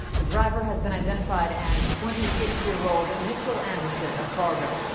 the driver has been identified as twenty six year old mitchael anderson of fargo.